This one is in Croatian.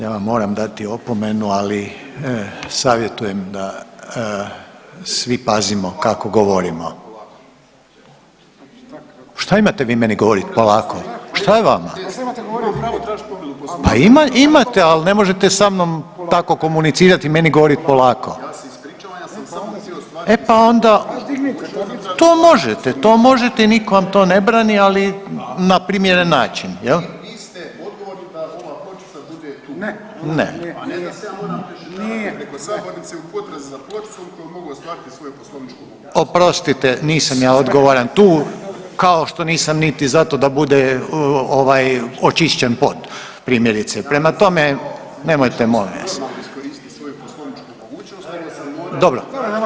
Ja vam moram dati opomenu, ali savjetujem da svi pazimo kako govorimo. … [[Upadica iz klupe se ne razumije]] Šta imate vi meni govorit polako, šta je vama? … [[Upadica iz klupe se ne razumije]] Pa imate, al ne možete sa mnom tako komunicirati i meni govorit polako. … [[Upadica iz klupe se ne razumije]] E pa onda to možete, to možete i niko vam to ne brani, ali na primjeren način jel. … [[Upadica iz klupe se ne razumije]] Ne. … [[Upadica iz klupe se ne razumije]] Oprostite nisam ja odgovoran tu, kao što nisam niti zato da bude očišćen pod, primjerice, prema tome, nemojte molim vas. ... [[Upadica se ne čuje.]] Dobro.